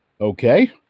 okay